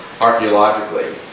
archaeologically